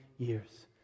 years